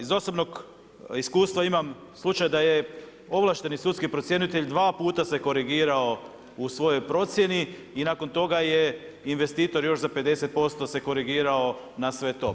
Iz osobnog iskustva imam slučaj da je ovlašteni sudski procjenitelj dva puta se korigirao u svojoj procjeni i nakon toga je investitor još za 50% se korigirao na sve to.